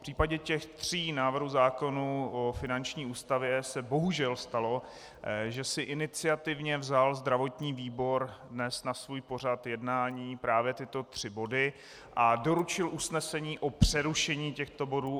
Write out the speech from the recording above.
V případě těch tří návrhů zákonů o finanční ústavě se bohužel stalo, že si iniciativně vzal zdravotní výbor dnes na svůj pořad jednání právě tyto tři body a doručil usnesení o přerušení těchto bodů.